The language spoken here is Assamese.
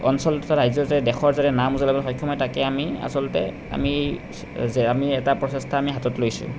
অঞ্চলটোৰ ৰাইজৰ যে দেশৰ যাতে নাম উজ্বলাবলৈ সক্ষম হয় তাকে আমি আচলতে আমি যে আমি এটা প্ৰচেষ্টা আমি হাতত লৈছোঁ